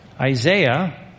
Isaiah